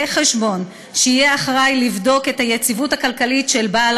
חשבון שיהיה אחראי לבדוק את היציבות הכלכלית של בעל